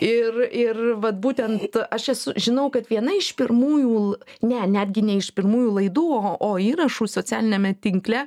ir ir vat būtent aš esu žinau kad viena iš pirmųjų ne netgi ne iš pirmųjų laidų o įrašų socialiniame tinkle